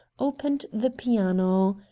opened the piano.